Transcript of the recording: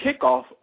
kickoff